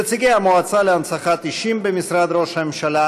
נציגי המועצה להנצחת אישים במשרד ראש הממשלה,